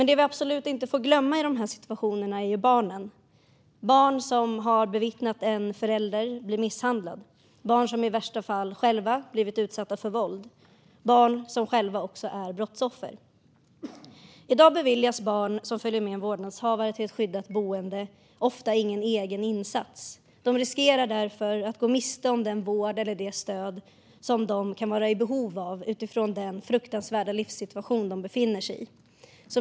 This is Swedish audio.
Det vi absolut inte får glömma i de här situationerna är barnen - barn som har bevittnat att en förälder blir misshandlad, barn som i värsta fall själva blivit utsatta för våld, barn som också själva är brottsoffer. I dag beviljas barn som följer med en vårdnadshavare till ett skyddat boende ofta ingen egen insats. De löper därför risk att gå miste om den vård eller det stöd som de kan vara i behov av utifrån den fruktansvärda livssituation som de befinner sig i.